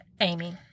Amy